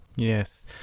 Yes